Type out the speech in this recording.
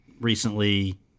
recently